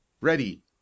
Ready